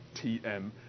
TM